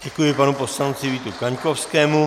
Děkuji panu poslanci Vítu Kaňkovskému.